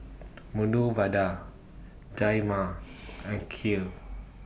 Medu Vada and Kheer